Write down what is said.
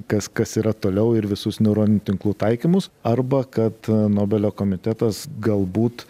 kas kas yra toliau ir visus neuroninių tinklų taikymus arba kad nobelio komitetas galbūt